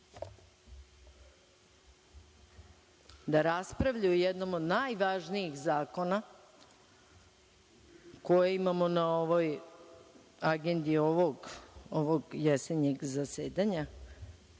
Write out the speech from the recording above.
da raspravljaju o jednom od najvažnijih zakona koji imamo na ovoj agendi ovog jesenjeg zasedanja,